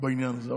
בעניין הזה.